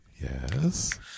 yes